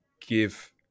give